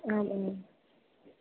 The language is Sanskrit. आम् आम्